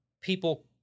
people